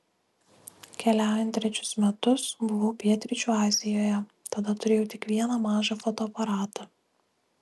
keliaujant trečius metus buvau pietryčių azijoje tada turėjau tik vieną mažą fotoaparatą